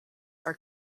are